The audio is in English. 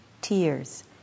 tears